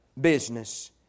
business